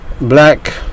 Black